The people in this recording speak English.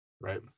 Right